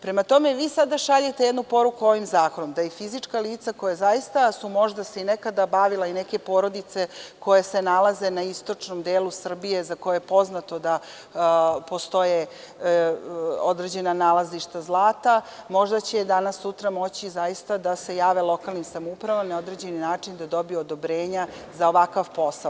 Prema tome, vi sada šaljete jednu poruku ovim zakonom, da i fizička lica koja su se zaista nekada možda bavila, neke porodice koje se nalaze u istočnom delu Srbije, za koje je poznato da postoje određena nalazišta zlata, možda će danas-sutra moći zaista da se jave lokalnim samoupravama i na određeni način da dobiju odobrenja za ovakav posao.